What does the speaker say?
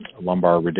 lumbar